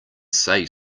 say